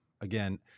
again